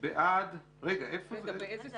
רגע, באיזה סעיף?